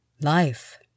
Life